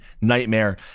nightmare